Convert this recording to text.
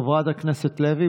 חברת הכנסת לוי,